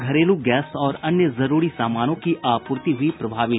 घरेलू गैस और अन्य जरूरी सामानों की आपूर्ति हुई प्रभावित